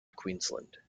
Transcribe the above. queensland